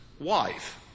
Wife